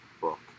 book